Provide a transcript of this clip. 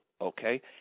okay